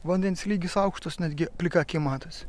vandens lygis aukštas netgi plika akimi matosi